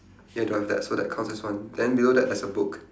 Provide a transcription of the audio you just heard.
okay don't have that so that counts as one then below that there's a book